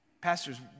Pastors